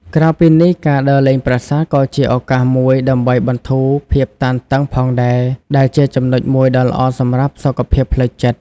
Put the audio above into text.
ក្រៅពីនេះ ការដើរលេងប្រាសាទក៏ជាឱកាសមួយដើម្បីបន្ធូរភាពតានតឹងផងដែរ ដែលជាចំណុចមួយដ៏ល្អសម្រាប់សុខភាពផ្លូវចិត្ត។